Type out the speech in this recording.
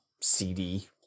CD